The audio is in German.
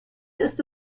ist